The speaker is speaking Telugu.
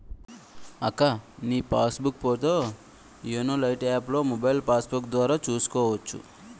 అక్కా నీ పాస్ బుక్కు పోతో యోనో లైట్ యాప్లో మొబైల్ పాస్బుక్కు ద్వారా చూసుకోవచ్చు